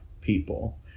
people